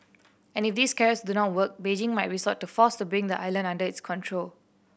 and if these carrots do not work Beijing might resort to force to bring the island under its control